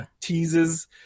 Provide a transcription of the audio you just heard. teases